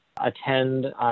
attend